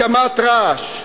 הקמת רעש,